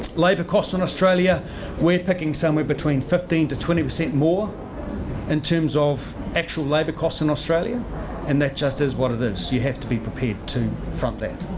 labour costs in australia we're packing somewhere between fifteen percent to twenty percent more in terms of actual labour costs in australia and that just is what it is, you have to be prepared to front that.